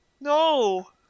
No